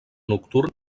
nocturn